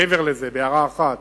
מעבר לזה, בהערה אחת,